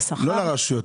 לשכר --- לא לרשויות,